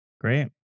Great